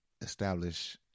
establish